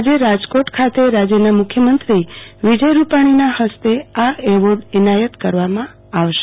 આજે રાજકોટ ખાતે રાજ્યના મુખ્યમંત્રી વિજય રૂપાણીના હસ્તે આ એવોર્ડ એનાયત કરવામાં આવશે